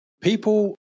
people